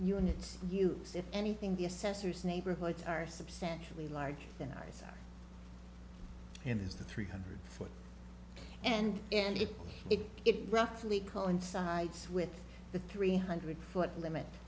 units use if anything the assessor's neighborhoods are substantially larger than ours and there's the three hundred four and ended it roughly coincides with the three hundred foot limit